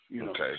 Okay